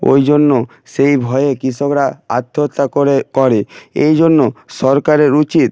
ওই জন্য সেই ভয়ে কৃষকরা আত্মহত্যা করে করে এই জন্য সরকারের উচিত